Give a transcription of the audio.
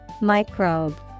Microbe